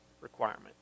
requirement